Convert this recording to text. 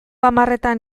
hamarretan